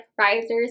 risers